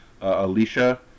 Alicia